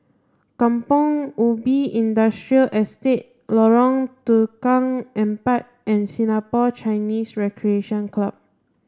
Kampong Ubi Industrial Estate Lorong Tukang Empat and Singapore Chinese Recreation Club